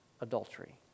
adultery